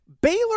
Baylor